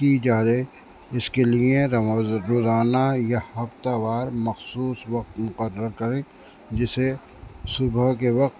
کی جائے جس کے لیے روزانہ یا ہفتہ وار مخصوص وقت مقرر کریں جسے صبح کے وقت